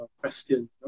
question